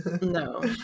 No